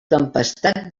tempestat